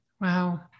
Wow